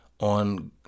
On